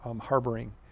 harboring